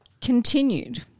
continued